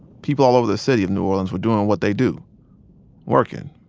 people all over the city of new orleans were doing what they do working,